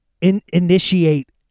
initiate